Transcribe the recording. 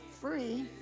free